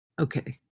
Okay